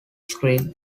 scream